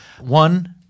One-